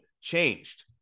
changed